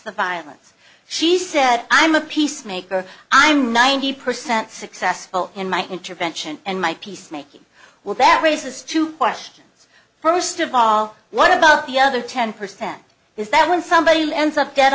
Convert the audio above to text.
the violence she said i'm a peace maker i'm ninety percent successful in my intervention and my peacemaking well that raises two questions first of all what about the other ten percent is that when somebody ends up dead